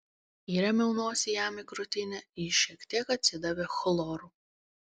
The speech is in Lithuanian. įrėmiau nosį jam į krūtinę ji šiek tiek atsidavė chloru